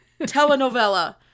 Telenovela